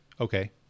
okay